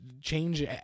change